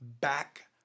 back